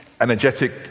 energetic